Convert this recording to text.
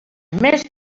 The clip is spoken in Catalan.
més